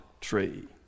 tree